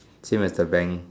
same as the bank